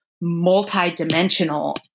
multi-dimensional